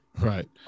Right